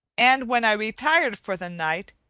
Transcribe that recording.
and when i retired for the night,